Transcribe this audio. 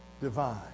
divine